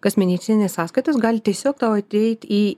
kasmėnesinės sąskaitos gali tiesiog tau ateit į